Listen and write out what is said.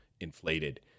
inflated